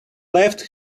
left